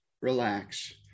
relax